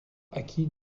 acquis